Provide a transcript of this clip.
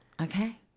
Okay